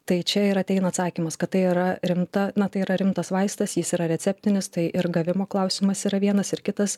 tai čia ir ateina atsakymas kad tai yra rimta na tai yra rimtas vaistas jis yra receptinis tai ir gavimo klausimas yra vienas ir kitas